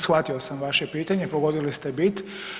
Shvatio sam vaše pitanje, pogodili ste bit.